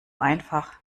einfach